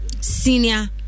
senior